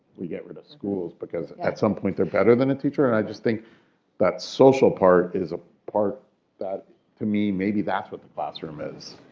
we get rid of schools because at some point they're better than a teacher. and i just think that social part is a part that to me maybe that's what the classroom is.